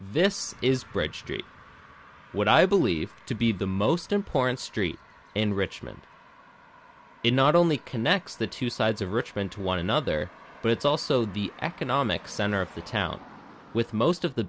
street what i believe to be the most important street in richmond in not only connects the two sides of richmond to one another but it's also the economic center of the town with most of the